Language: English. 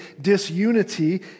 disunity